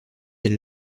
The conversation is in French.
elle